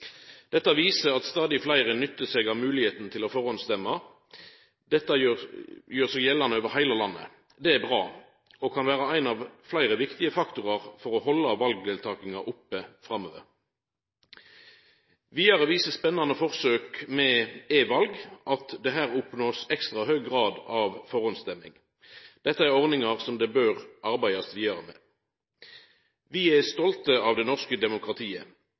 Dette viser at stadig fleire nyttar seg av moglegheita til å stemma på førehand. Dette gjer seg gjeldande over heile landet. Det er bra og kan vera ein av fleire viktige faktorar for å halda valdeltakinga oppe framover. Vidare viser spennande forsøk med e-val at ein her oppnår ekstra høg grad av førehandsstemmer. Dette er ordningar som det bør arbeidast vidare med. Vi er stolte av det norske demokratiet.